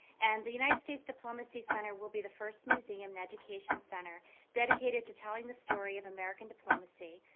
and the united states diplomacy center will be the first museum education center dedicated to telling the story of american diplomacy,